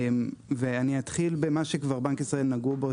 ואני אתחיל במה שכבר בנק ישראל נגעו בו,